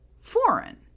foreign